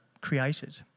created